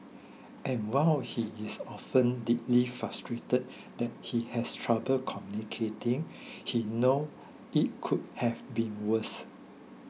and while he is often deeply frustrated that he has trouble communicating he knows it could have been worse